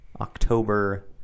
October